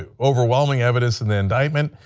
ah overwhelming evidence in the indictment.